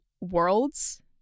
worlds